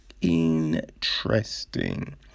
Interesting